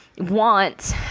want